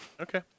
Okay